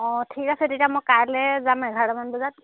অ ঠিক আছে তেতিয়া মই কাইলে যাম এঘাৰটামান বজাত